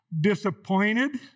disappointed